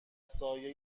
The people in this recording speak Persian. سایه